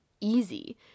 easy